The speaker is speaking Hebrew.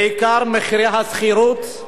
בעיקר מחירי השכירות,